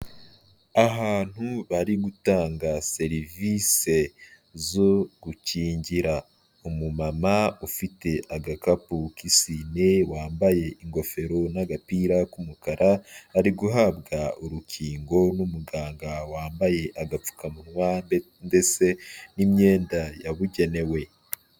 Ahantu bari gutanga serivisi zo gukingira, umumama ufite agakapu k'isine, wambaye ingofero n'agapira k'umukara, ari guhabwa urukingo n'umuganga wambaye agapfukamunwa, ndetse n'imyenda yabugenewe.